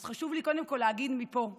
אז חשוב לי קודם כול להגיד מפה לכולם,